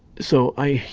so i,